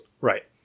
Right